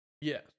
Yes